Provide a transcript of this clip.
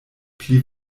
pli